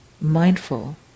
mindful